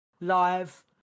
live